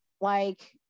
like-